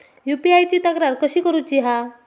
UPI ची तक्रार कशी करुची हा?